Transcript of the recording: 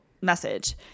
message